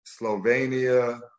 Slovenia